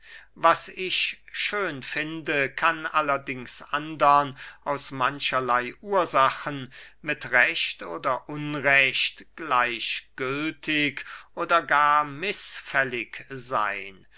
was ich schön finde kann allerdings andern aus mancherley ursachen mit recht oder unrecht gleichgültig oder gar mißfällig seyn